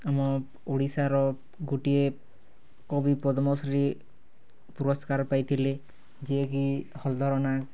ଆମ ଓଡ଼ିଶାର ଗୋଟିଏ କବି ପଦ୍ମଶ୍ରୀ ପୁରସ୍କାର ପାଇଥିଲେ ଯିଏ କି ହଲଧର ନାଗ